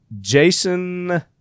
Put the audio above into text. Jason